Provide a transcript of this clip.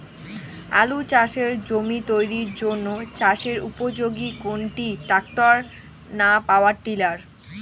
আলু চাষের জমি তৈরির জন্য চাষের উপযোগী কোনটি ট্রাক্টর না পাওয়ার টিলার?